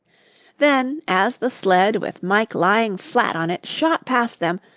then, as the sled with mike lying flat on it shot past them,